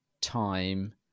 time